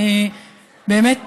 באמת,